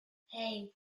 hey